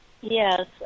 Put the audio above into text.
Yes